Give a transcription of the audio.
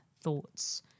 thoughts